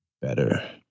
better